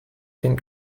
den